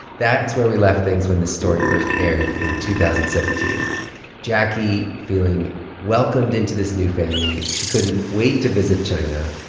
that is where we left things when this story first aired in two thousand and seventeen jacquie feeling welcomed into this new family. she couldn't wait to visit china.